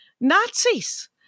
Nazis